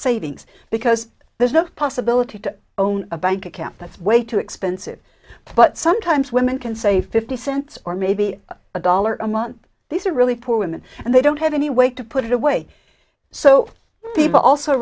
savings because there's no possibility to own a bank account that's way too expensive but sometimes women can say fifty cents or maybe a dollar a month these are really poor women and they don't have any way to put it away so they've also